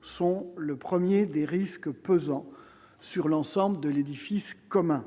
sont le 1er des risques pesant sur l'ensemble de l'édifice commun